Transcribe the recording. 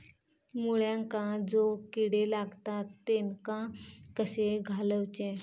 मुळ्यांका जो किडे लागतात तेनका कशे घालवचे?